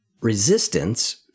resistance